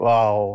Wow